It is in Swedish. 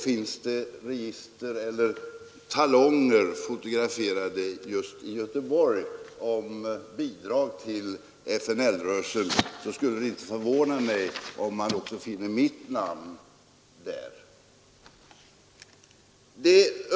Finns det register eller talonger fotograferade just i Göteborg om bidrag till FNL-rörelsen, skulle det inte förvåna mig om man också finner mitt namn där.